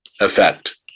effect